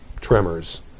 tremors